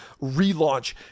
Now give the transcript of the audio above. relaunch